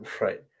Right